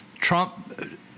Trump –